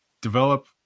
develop